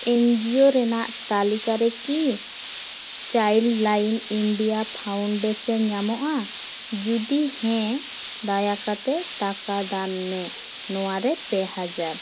ᱮᱱ G O ᱨᱮᱱᱟᱜ ᱛᱟᱞᱤᱠᱟ ᱨᱮᱠᱤ ᱪᱟᱭᱤᱞᱰᱞᱟᱭᱤᱱ ᱤᱱᱰᱤᱭᱟ ᱯᱷᱟᱣᱩᱱᱰᱮᱥᱚᱱ ᱧᱟᱢᱚᱜᱼᱟ ᱡᱩᱫᱤ ᱦᱮᱸ ᱫᱟᱭᱟ ᱠᱟᱛᱮᱫ ᱴᱟᱠᱟ ᱫᱟᱱ ᱢᱮ ᱱᱚᱣᱟ ᱨᱮ ᱯᱮ ᱦᱟᱡᱟᱨ